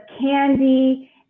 candy